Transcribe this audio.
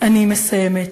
אני מסיימת.